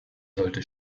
sollte